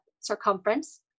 circumference